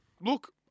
Look